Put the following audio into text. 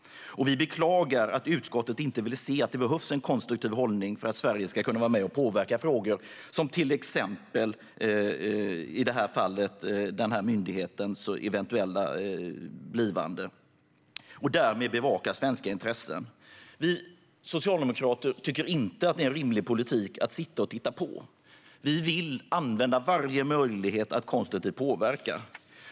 Vi beklagar att utskottet inte vill se att det behövs en konstruktiv hållning för att Sverige ska kunna vara med och påverka frågor - i det här fallet handlar det om en eventuell ny myndighet - och därmed bevaka svenska intressen. Vi socialdemokrater tycker inte att det är en rimlig politik att sitta och titta på. Vi vill använda varje möjlighet att konstruktivt påverka.